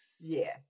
Yes